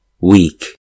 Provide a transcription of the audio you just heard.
weak